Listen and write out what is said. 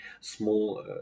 small